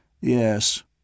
Yes